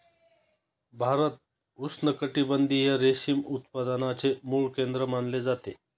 भारत उष्णकटिबंधीय रेशीम उत्पादनाचे मूळ केंद्र मानले जाते